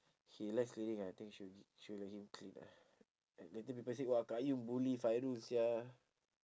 he likes cleaning lah I think should should let him clean ah later people say !wah! qayyum bully fairul sia